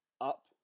up